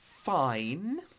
Fine